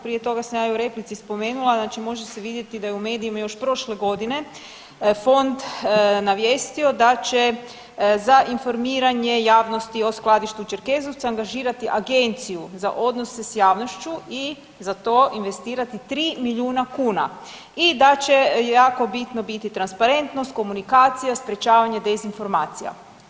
Prije toga sam ja i u replici spomenula znači može se vidjeti da je u medijima još prošle godine fond navijestio da će za informiranje javnosti o skladištu u Čerkezovcu angažirati agenciju za odnose sa javnošću i za to investirati tri milijuna kuna i da će jako bitno biti transparentnost, komunikacija, sprječavanje dezinformacija.